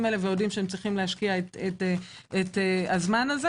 הללו ויודעים שהם צריכים להשקיע את הזמן הזה